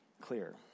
clear